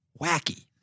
wacky